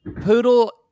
Poodle